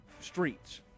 streets